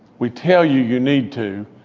we tell you you need to.